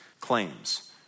claims